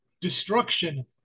destruction